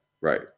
right